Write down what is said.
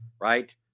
right